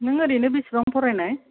नों ओरैनो बेसेबां फरायनाय